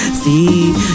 see